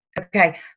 Okay